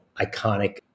iconic